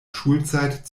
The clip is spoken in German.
schulzeit